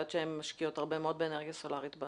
שאני יודעת שהן משקיעות הרבה מאוד באנרגיה סולרית.